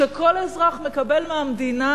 שכל אזרח מקבל מהמדינה